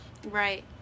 Right